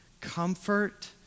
comfort